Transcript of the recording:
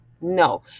No